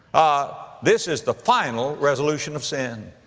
ah, this is the final resolution of sin.